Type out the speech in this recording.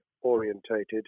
orientated